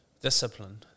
discipline